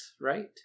right